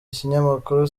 ikinyamakuru